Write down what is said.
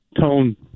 tone